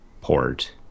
port